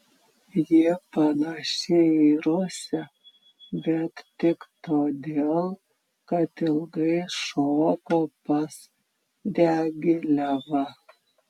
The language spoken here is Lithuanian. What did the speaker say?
ji panaši į rusę bet tik todėl kad ilgai šoko pas diagilevą